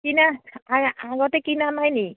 কিনা আগতে কিনা নাইনি